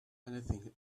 anything